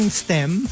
stem